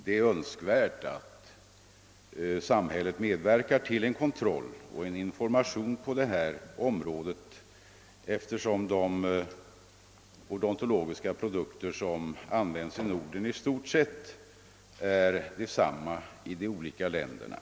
Det är önskvärt att samhället medverkar till kontroll och information på detta område. De odontologiska produkter som användes i Norden är dessutom i stort sett desamma i de olika länderna.